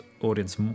audience